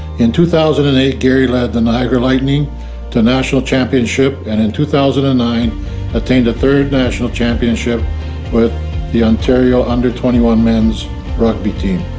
in two thousand and eight gary lead the niagara lightning to national championship, and in two thousand and nine attained a third national championship with the ontario under twenty one men's rugby team.